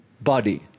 body